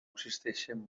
existeixen